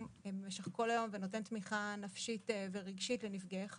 במשך כל היום ונותן תמיכה נפשית ורגשית לנפגעי חרדה.